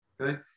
Okay